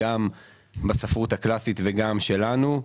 גם בספרות הקלאסית וגם שלנו,